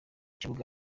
kibuga